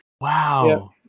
wow